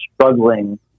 struggling